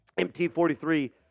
MT43